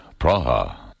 Praha